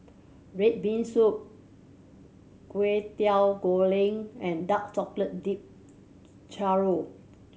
red bean soup Kwetiau Goreng and dark chocolate dipped churro